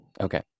Okay